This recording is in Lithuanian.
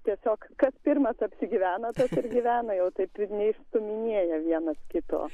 tiesiog kas pirmas apsigyvena tas gyvena jau taip ir neišstūminėja vienas kito